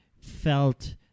felt